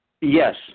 Yes